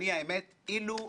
מכיר את העניין הזה,